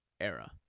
era